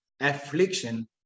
affliction